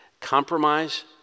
Compromise